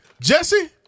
Jesse